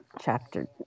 chapter